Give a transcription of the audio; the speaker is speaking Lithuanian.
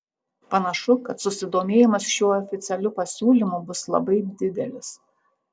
panašu kad susidomėjimas šiuo oficialiu pasiūlymu bus labai didelis